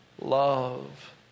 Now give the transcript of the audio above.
love